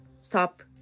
stop